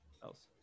else